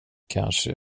kanske